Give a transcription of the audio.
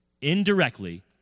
Indirectly